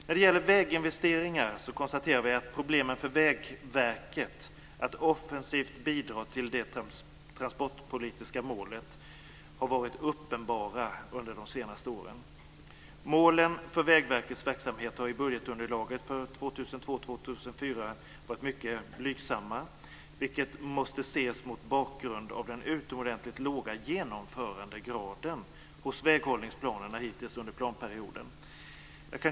När det gäller väginvesteringar konstaterar vi att problemen för Vägverket att offensivt bidra till att det transportpolitiska målet uppnås har varit uppenbara under de senaste åren. Målen för Vägverkets verksamhet är i budgetunderlaget för 2002-2004 mycket blygsamma, vilket måste ses mot bakgrund av den utomordentligt låga genomförandegraden hos väghållningsplanerna hittills under planperioden.